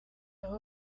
aho